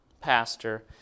pastor